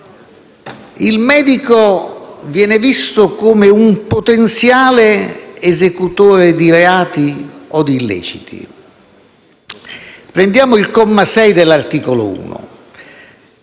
il medico viene visto come un potenziale esecutore di reati o di illeciti. Prendiamo il comma 6 dell'articolo 1